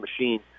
machine